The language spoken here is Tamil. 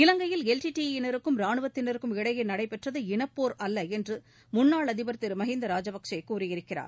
இலங்கையில் எல் டி டி ஈ யினருக்கும் ரானுவத்திற்கும் இடையே நடைபெற்றது இனப்போா் அல்ல என்று முன்னாள் அதிபர் திரு மஹிந்த ராஜபக்சே கூறியிருக்கிறார்